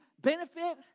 benefit